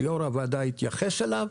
שיושב-ראש הוועדה התייחס אליו,